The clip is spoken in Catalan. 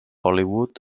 hollywood